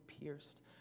pierced